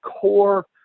core